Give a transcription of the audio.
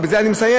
ובזה אני מסיים: